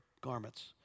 garments